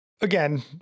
again